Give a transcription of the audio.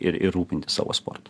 ir ir rūpintis savo sportu